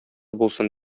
булсын